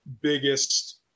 biggest